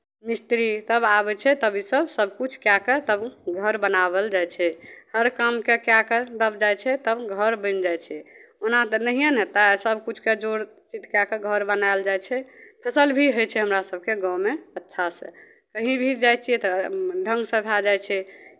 मिस्त्री सभ आबै छै तब ईसभ सभकिछु कए कऽ तब घर बनाओल जाइ छै हर कामकेँ कए कऽ तब घर बनि जाइ छै ओना तऽ नहिए ने हेतै सभकिछुके जोड़ चित कए कऽ घर बनायल जाइ छै फसल भी होइ छै हमरा सभके गाँवमे अच्छासँ कहीँ भी जाइ छियै तऽ ढङ्गसँ भए जाइ छै